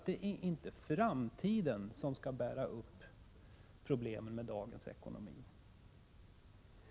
Det är inte framtiden som skall bära problemen i dagens ekonomi.